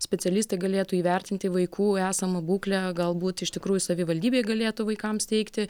specialistai galėtų įvertinti vaikų esamą būklę galbūt iš tikrųjų savivaldybė galėtų vaikams teikti